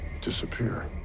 disappear